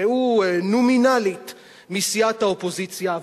שהוא נומינלית מסיעת האופוזיציה,